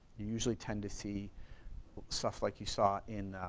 you usually tend to see stuff like you saw in